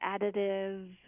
additive